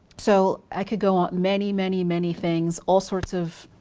so i could go on many, many, many things. all sorts of,